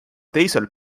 teisel